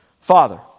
Father